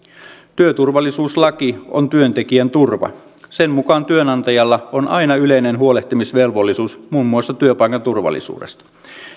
työturvallisuuslaki on työntekijän turva sen mukaan työnantajalla on aina yleinen huolehtimisvelvollisuus muun muassa työpaikan turvallisuudesta